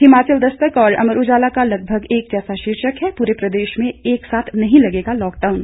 हिमाचल दस्तक और अमर उजाला का लगभग एक जैसा शीर्षक है पूरे प्रदेश में एक साथ नहीं लगेगा लॉकडाउन